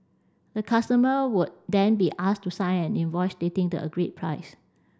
the customer would then be asked to sign an invoice stating the agreed price